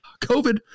covid